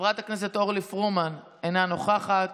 חברת הכנסת אורלי פרומן, אינה נוכחת,